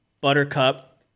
Buttercup